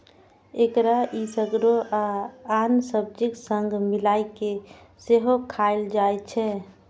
एकरा एसगरो आ आन सब्जीक संग मिलाय कें सेहो खाएल जाइ छै